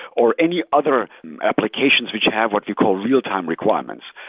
or any other applications which have what we call real-time requirements.